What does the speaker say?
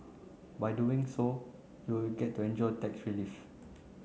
by doing so you get to enjoy tax relief